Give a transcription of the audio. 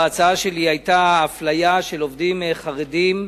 בהצעה שלי היתה אפליה של עובדים חרדים,